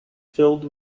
filled